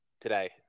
today